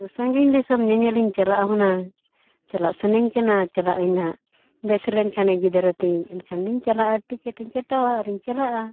ᱥᱟᱹᱜᱤᱧ ᱫᱤᱥᱚᱢ ᱧᱮᱧᱮᱞᱤᱧ ᱪᱟᱞᱟᱜᱼᱟ ᱦᱩᱱᱟᱹᱝ ᱪᱟᱞᱟᱜ ᱥᱟᱱᱟᱧ ᱠᱟᱱᱟ ᱪᱟᱞᱟᱜ ᱟᱹᱧ ᱦᱟᱜ ᱵᱮᱥ ᱞᱮᱱᱠᱷᱟᱱᱤᱧ ᱜᱤᱫᱽᱨᱟᱹ ᱛᱤᱧ ᱮᱱᱠᱷᱟᱱᱫᱚᱧ ᱪᱟᱞᱟᱜᱼᱟ ᱴᱤᱠᱤᱴ ᱤᱧ ᱠᱟᱴᱟᱣᱟ ᱟᱨᱤᱧ ᱪᱟᱞᱟᱜᱼᱟ